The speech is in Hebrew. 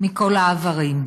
מכל העברים.